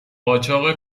قاچاق